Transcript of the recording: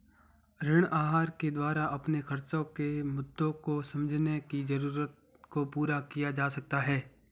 ऋण आहार के द्वारा अपने खर्चो के मुद्दों को समझने की जरूरत को पूरा किया जा सकता है